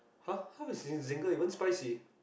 !huh! how is Zinger even spicy